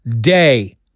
day